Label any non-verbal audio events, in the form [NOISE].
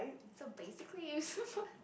so basically you [LAUGHS] so fun